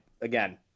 again